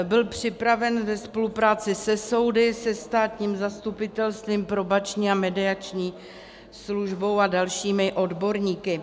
Byl připraven ve spolupráci se soudy, se státním zastupitelstvím, Probační a mediační službou a dalšími odborníky.